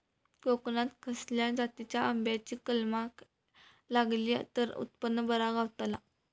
कोकणात खसल्या जातीच्या आंब्याची कलमा लायली तर उत्पन बरा गावताला?